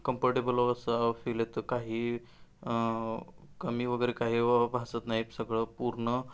comfortable असं feel येतं काही कमी वगैरे काही भासत नाही सगळं पूर्ण